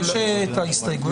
יש את ההסתייגויות?